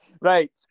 Right